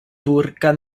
turca